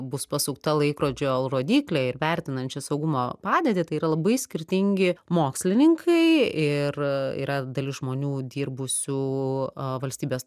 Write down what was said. bus pasukta laikrodžio rodyklė ir vertinančią saugumo padėtį tai yra labai skirtingi mokslininkai ir yra dalis žmonių dirbusių valstybės